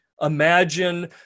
Imagine